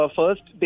first